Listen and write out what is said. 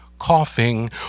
coughing